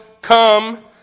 come